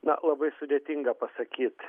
na labai sudėtinga pasakyt